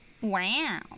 Wow